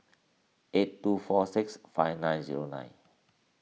eight two four six five nine zero nine